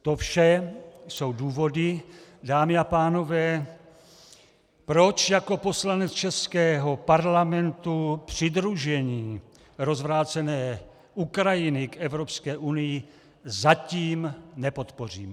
To vše jsou důvody, dámy a pánové, proč jako poslanec českého Parlamentu přidružení rozvrácené Ukrajiny k Evropské unii zatím nepodpořím.